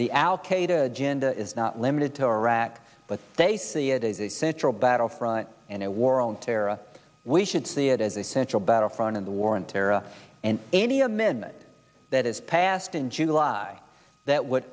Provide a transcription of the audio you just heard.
qaeda agenda is not limited to iraq but they see it as a central battlefront in a war on terror we should see it as a central battlefront in the war on terror and any amendment that is passed in july that would